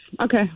Okay